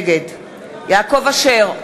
נגד יעקב אשר,